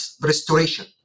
restoration